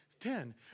Ten